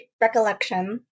recollection